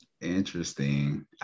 interesting